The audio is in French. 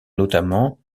notamment